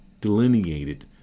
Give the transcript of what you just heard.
delineated